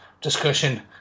discussion